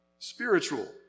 Spiritual